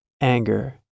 anger